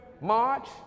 March